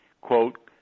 quote